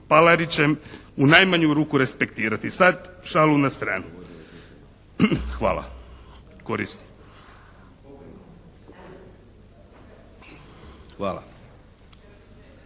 Palarićem u najmanju ruku respektirati. Sad šalu na stranu. Hvala. …